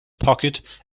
pocket